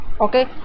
okay